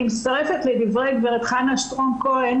אני מצטרפת לדברי גברת חנה שטרום כהן